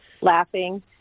laughing